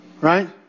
Right